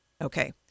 Okay